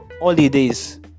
Holidays